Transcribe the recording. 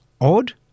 odd